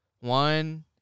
one